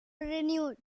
renewed